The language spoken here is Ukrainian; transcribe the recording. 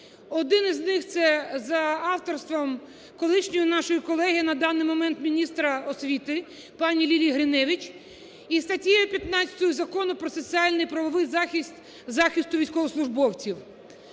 один з них це за авторством колишньої нашої колеги, на даний момент міністра освіти, пані Лілії Гриневич. І статтею 15 Закону про соціальний правовий захист, захисту військовослужбовців.